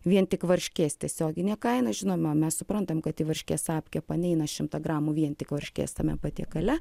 vien tik varškės tiesioginė kaina žinoma mes suprantam kad į varškės apkepą neina šimtą gramų vien tik varškės tame patiekale